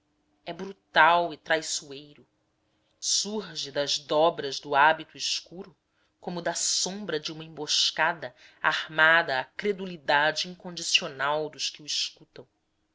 é brutal e traiçoeiro surge das dobras do hábito escuro como da sombra de uma emboscada armada à credulidade incondicional dos que o escutam